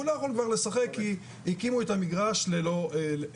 הוא לא יכול כבר לשחק כי הקימו את המגרש ללא תאורה.